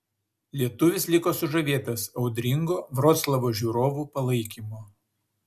lietuvis liko sužavėtas audringo vroclavo žiūrovų palaikymo